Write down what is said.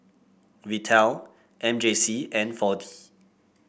Vital M J C and four D